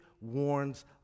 warns